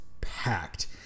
packed